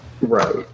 Right